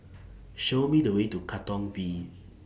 Show Me The Way to Katong V